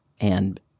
and-